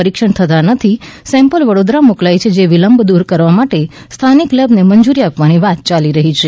test થતાં નથી sample Vadodara મોકલાય છે જે વિલંબ દૂર કરવામાટે સ્થાનિક લેબ ને મંજૂરી આપવાની વાત યાલી રહી છે